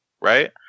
right